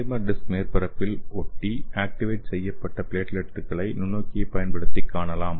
polymer disc மேற்பரப்பில் ஒட்டி activate செய்யப்பட்ட பிளேட்லெட்டுகளை நுண்ணோக்கியைப் பயன்படுத்தி காணலாம்